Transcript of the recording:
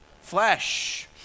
flesh